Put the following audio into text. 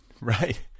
Right